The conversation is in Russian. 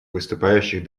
выступающих